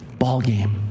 ballgame